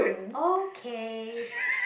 okay